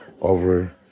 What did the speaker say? over